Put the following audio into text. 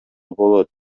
болот